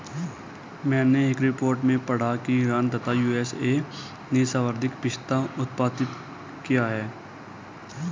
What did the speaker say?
मैनें एक रिपोर्ट में पढ़ा की ईरान तथा यू.एस.ए ने सर्वाधिक पिस्ता उत्पादित किया